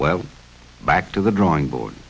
well back to the drawing board